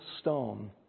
stone